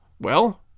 Well